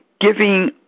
giving